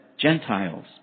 Gentiles